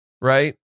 right